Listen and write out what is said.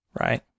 right